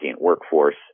workforce